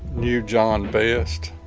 knew john best.